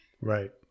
Right